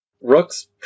Rook's